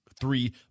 three